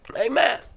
Amen